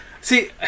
See